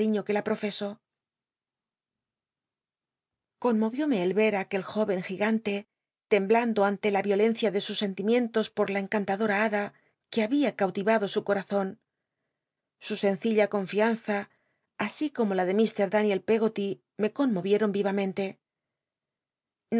que la profeso conmovióme el ver aquel jóvcn gigan te temblando ante la violencia de sus sentimientos por la encantadora bada que babia cautiyado su corazon su sencilla confianza así como la de i h daniel peggot y me conmovieron